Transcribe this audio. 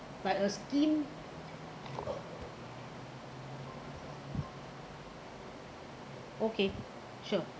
but a scheme okay sure